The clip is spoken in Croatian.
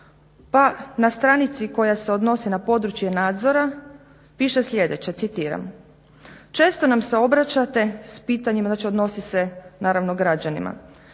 pa na stranici koja se odnosi na područje nadzora piše sljedeće citiram: "Često nam se obraćate s pitanjima" znači odnosi se naravno građanima